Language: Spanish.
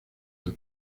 del